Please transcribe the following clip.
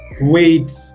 wait